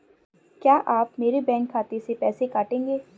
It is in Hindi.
क्या आप मेरे बैंक खाते से पैसे काटेंगे?